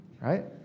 right